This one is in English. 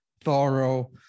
thorough